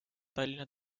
tallinna